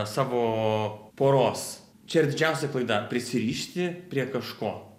savo poros čia yra didžiausia klaida prisirišti prie kažko